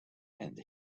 and